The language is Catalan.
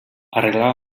arreglava